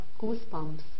goosebumps